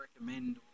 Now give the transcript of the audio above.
recommend